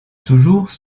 toujours